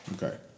Okay